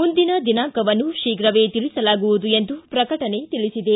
ಮುಂದಿನ ದಿನಾಂಕವನ್ನು ಶೀಘ್ರವೇ ತಿಳಿಸಲಾಗುವುದು ಎಂದು ಪ್ರಕಟಣೆ ತಿಳಿಸಿದೆ